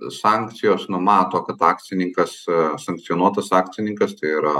sankcijos numato kad akcininkas sankcionuotas akcininkas tai yra